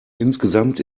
insgesamt